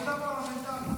מעבודה פרלמנטרית.